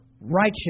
righteous